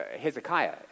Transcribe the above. Hezekiah